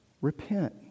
Repent